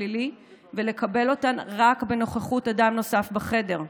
הפלילי ולקבל אותן רק בנוכחות אדם נוסף בחדר.